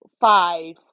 five